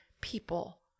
people